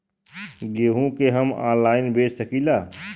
गेहूँ के हम ऑनलाइन बेंच सकी ला?